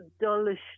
dullish